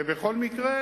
ובכל מקרה,